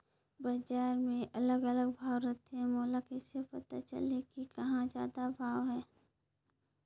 बजार मे अलग अलग भाव रथे, मोला कइसे पता चलही कि कहां जादा भाव हे?